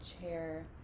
chair